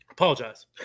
Apologize